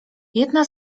jedna